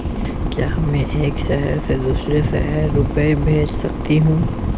क्या मैं एक शहर से दूसरे शहर रुपये भेज सकती हूँ?